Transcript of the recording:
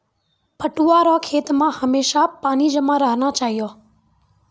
पटुआ रो खेत मे हमेशा पानी जमा रहना चाहिऔ